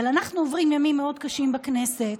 אבל אנחנו עוברים ימים מאוד קשים בכנסת,